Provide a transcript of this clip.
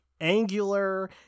angular